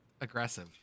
aggressive